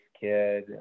kid